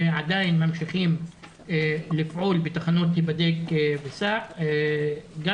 ועדיין ממשיכים לפעול בתחנות "היבדק וסע" של מד"א,